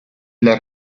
las